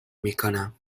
میکنم